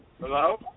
Hello